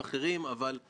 אנחנו הולכים לדרך חדשה.